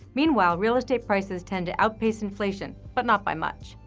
meanwhile, real estate prices tend to outpace inflation, but not by much.